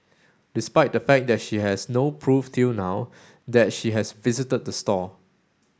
despite the fact that she has no proof till now that she has visited the store